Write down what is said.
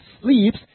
sleeps